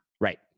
Right